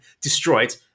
destroyed